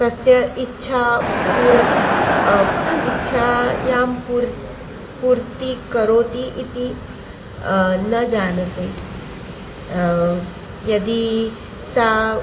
तस्य इच्छा पूर इच्छायां पूर् पूर्तिं करोति इति न जानाति यदि सा